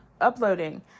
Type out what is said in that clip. uploading